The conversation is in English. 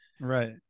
Right